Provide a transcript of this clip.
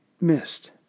missed